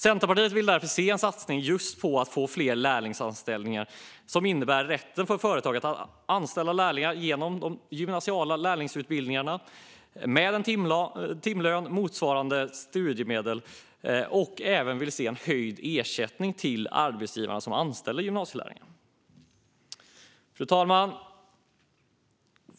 Centerpartiet vill därför se en satsning på fler lärlingsanställningar som innebär en rätt för företag att anställa lärlingar genom de gymnasiala lärlingsutbildningarna, med en timlön motsvarande studiemedel, samt en höjd ersättning till arbetsgivare som anställer gymnasielärlingar. Fru talman!